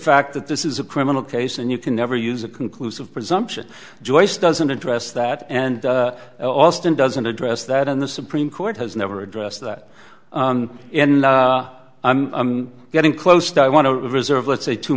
fact that this is a criminal case and you can never use a conclusive presumption joyce doesn't address that and alston doesn't address that in the supreme court has never addressed that and i'm getting close to i want to reserve let's say two